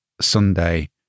Sunday